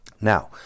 Now